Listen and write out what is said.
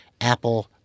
Apple